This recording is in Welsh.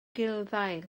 gulddail